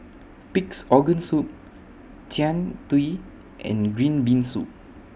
Pig'S Organ Soup Jian Dui and Green Bean Soup